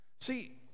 See